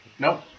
Nope